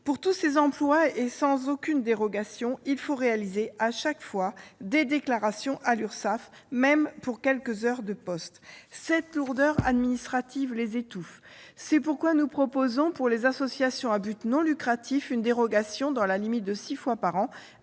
Pour tous ces emplois, et sans aucune dérogation, il faut réaliser, chaque fois, des déclarations à l'Urssaf, même pour un poste occupé quelques heures. Cette lourdeur administrative les étouffe. C'est pourquoi nous proposons, pour les associations à but non lucratif, une dérogation, dans la limite de six fois par an,